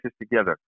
together